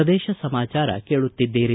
ಪ್ರದೇಶ ಸಮಾಚಾರ ಕೇಳುತ್ತಿದ್ದೀರಿ